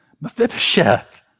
Mephibosheth